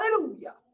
Hallelujah